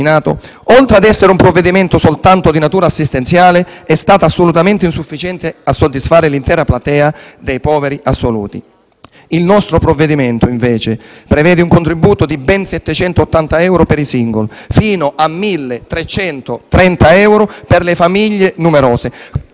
oltre a essere un provvedimento soltanto di natura assistenziale, è stata assolutamente insufficiente a soddisfare l'intera platea dei poveri assoluti. Il nostro provvedimento, invece, prevede un contributo di ben 780 euro per i *single* e fino a 1.330 euro per le famiglie numerose,